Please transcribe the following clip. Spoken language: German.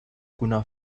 grüner